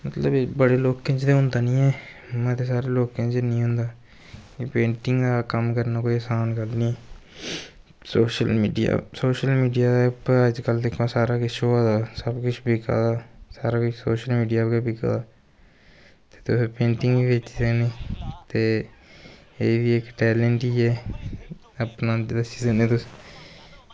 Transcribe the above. बड़े लोकें च ते होंदा नी ऐ इ'यां ते सारें लोकें च हैनी होंदा पेंटिंग दा कम्म करना कोई असान गल्ल नेईं सोशल मीडिया सोशल मीडिया पर अज्जकल सारा किश होआ दा सब किश बिका दा सारा किश सोशल मीडिया पर गै बिका दा ते तुस पेंटिंग बिच्च ते एह् बी इक टैलेंट गै ऐ अपने अन्दर दस्सी सकनें तुस